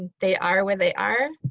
and they are where they are.